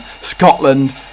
scotland